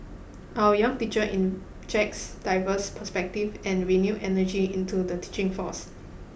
our young teacher injects diverse perspective and renewed energy into the teaching force